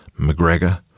McGregor